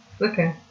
okay